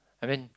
I mean